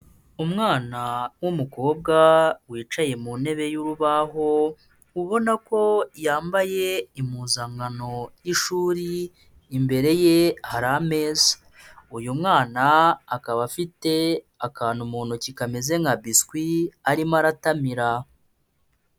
Umwana w'umukobwa wicaye mu ntebe y'urubaho, ubona ko yambaye impuzankano y'ishuri, imbere ye hari ameza. Uyu mwana akaba afite akantu mu ntoki kameze nka biswi arimo aratamira.